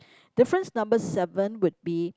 difference number seven would be